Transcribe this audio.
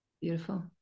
Beautiful